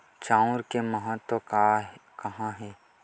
चांउर के महत्व कहां हे?